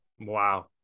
Wow